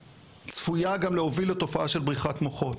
צפויה גם להוביל לתופעה של בריחת מוחות,